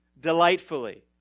delightfully